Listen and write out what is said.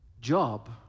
job